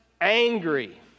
angry